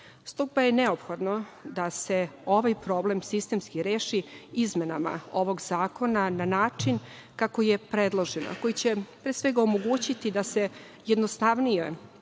je neophodno da se ovaj problem sistemski reši izmenama ovog zakona na način kako je predloženo, a koji će, pre svega, omogućiti jednostavnije